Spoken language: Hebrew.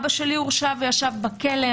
אב שלי הורשע וישב בכלא.